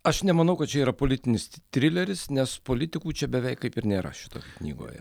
aš nemanau kad čia yra politinis t trileris nes politikų čia beveik kaip ir nėra šitoj knygoje